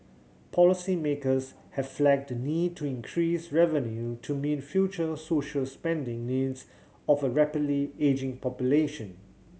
policymakers have flagged the need to increase revenue to meet future social spending needs of a rapidly ageing population